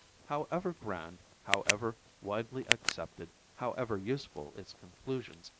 however grand, however widely accepted, however useful its conclusions,